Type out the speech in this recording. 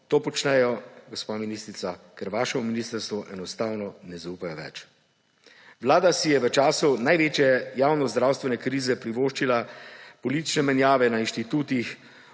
to počnejo, gospa ministrica, ker v vaše ministrstvo enostavno ne zaupajo več. Vlada si je v času največje javnozdravstvene krize privoščila politične menjave na inštitutih,